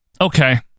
Okay